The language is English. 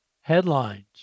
headlines